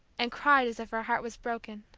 and cried as if her heart was broken.